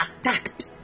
attacked